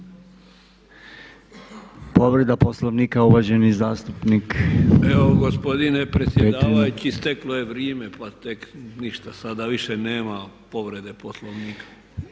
Petrina. **Petrina, Stipe (NLSP)** Evo gospodine predsjedavajući, isteklo je vrime pa tek ništa sada više nema povrede Poslovnika.